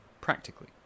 Practically